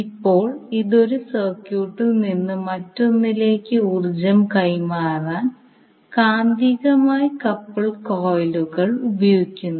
ഇപ്പോൾ ഇത് ഒരു സർക്യൂട്ടിൽ നിന്ന് മറ്റൊന്നിലേക്ക് ഊർജ്ജം കൈമാറാൻ കാന്തികമായി കപ്പിൾഡ് കോയിലുകൾ ഉപയോഗിക്കുന്നു